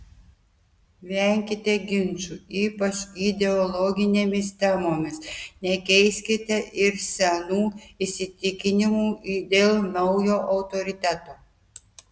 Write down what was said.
venkite ginčų ypač ideologinėmis temomis nekeiskite ir senų įsitikinimų dėl naujo autoriteto